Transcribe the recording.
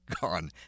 gone